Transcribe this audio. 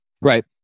Right